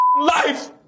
life